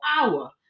hour